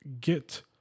get